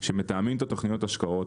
שמתאמים את התוכניות השקעות,